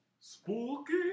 Spooky